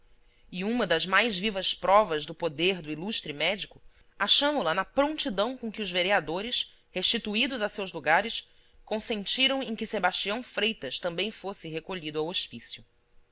e uma das mais vivas provas do poder do ilustre médico achamo la na prontidão com que os vereadores restituídos a seus lugares consentiram em que sebastião freitas também fosse recolhido ao hospício